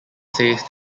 says